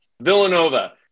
Villanova